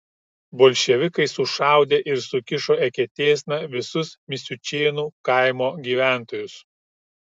bolševikai sušaudė ir sukišo eketėsna visus misiučėnų kaimo gyventojus